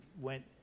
went